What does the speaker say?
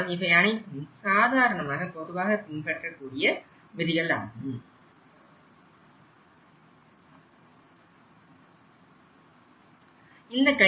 ஆனால் இவை அனைத்தும் சாதாரணமாக பொதுவாக பின்பற்றக்கூடிய விதிகள் ஆகும்